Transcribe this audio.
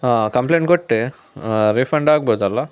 ಹಾಂ ಕಂಪ್ಲೇಂಟ್ ಕೊಟ್ಟೆ ರೀಫಂಡ್ ಆಗ್ಬೋದಲ್ಲ